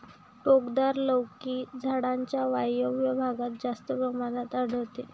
टोकदार लौकी भारताच्या वायव्य भागात जास्त प्रमाणात आढळते